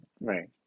Right